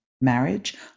marriage